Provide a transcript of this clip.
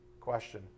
question